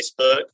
Facebook